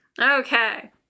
Okay